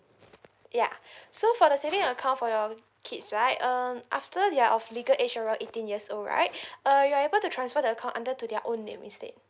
ya so for the saving account for your kids right um after their of legal age of eighteen years old right uh you are able to transfer the account under to their own name instead